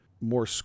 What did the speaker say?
more